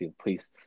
please